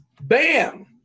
Bam